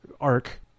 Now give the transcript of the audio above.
arc